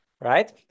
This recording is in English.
Right